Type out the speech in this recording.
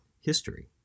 history